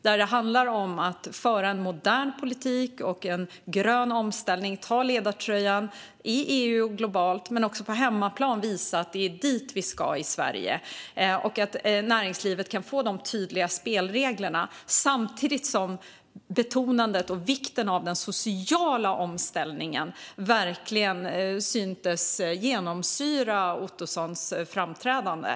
Det handlar om att föra en modern politik för grön omställning, ta ledartröjan i EU och globalt och visa på hemmaplan vart vi ska i Sverige, så att näringslivet får tydliga spelregler. Betonandet av vikten av den sociala omställningen syntes också verkligen genomsyra Ottossons framträdande.